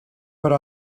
però